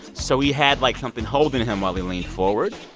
so he had, like, something holding him while he leaned forward.